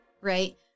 right